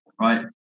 right